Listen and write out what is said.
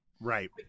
Right